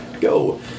Go